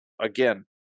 again